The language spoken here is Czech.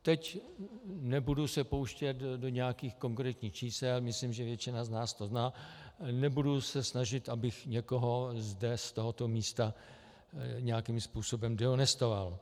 Teď se nebudu pouštět do nějakých konkrétních čísel, myslím, že většina z nás to zná, nebudu se snažit, abych někoho zde z tohoto místa nějakým způsobem dehonestoval.